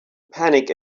panic